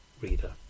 reader